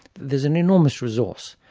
there's an enormous resource,